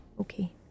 Okay